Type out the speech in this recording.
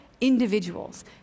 individuals